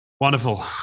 Wonderful